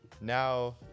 now